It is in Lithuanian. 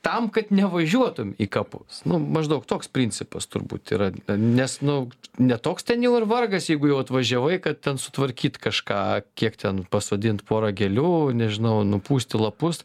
tam kad nevažiuotum į kapus nu maždaug toks principas turbūt yra nes nu ne toks ten jau ir vargas jeigu jau atvažiavai kad ten sutvarkyt kažką kiek ten pasodint pora gėlių nežinau nupūsti lapus